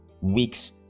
weeks